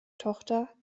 tochter